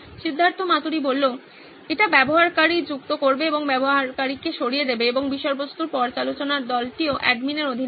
সিদ্ধার্থ মাতুরি এটি ব্যবহারকারী যুক্ত করবে এবং ব্যবহারকারীকে সরিয়ে দেবে এবং বিষয়বস্তুর পর্যালোচনা দলটিও অ্যাডমিনের অধীনে রয়েছে